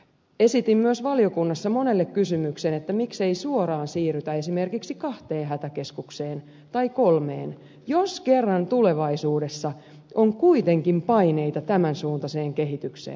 esitin myös valiokunnassa monelle kysymyksen miksei suoraan siirrytä esimerkiksi kahteen hätäkeskukseen tai kolmeen jos kerran tulevaisuudessa on kuitenkin paineita tämän suuntaiseen kehitykseen